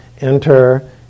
enter